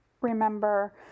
remember